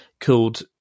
called